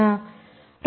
ಪ್ರತಿಯೊಂದನ್ನೂ ಗಮನಿಸೋಣ